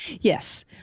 yes